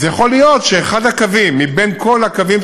אז יכול להיות שאחד הקווים מבין כל הקווים